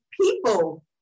people